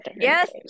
yes